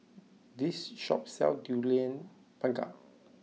this shop sells Durian Pengat